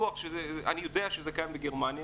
אני יודע שזה קיים בגרמניה,